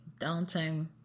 downtime